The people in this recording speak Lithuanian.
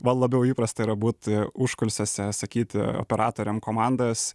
man labiau įprasta yra būt užkulisiuose sakyt operatoriam komandas